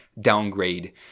downgrade